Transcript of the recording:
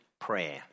prayer